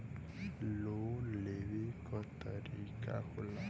Loan लेवे क तरीकाका होला?